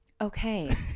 Okay